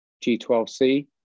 G12C